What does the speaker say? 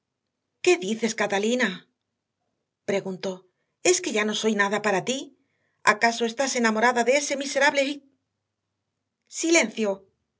qué dices catalina preguntó es que ya no soy nada para ti acaso estás enamorada de ese miserable heath silencio